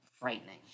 Frightening